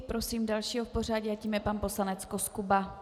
Prosím dalšího v pořadí a tím je pan poslanec Koskuba.